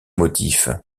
motif